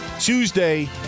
Tuesday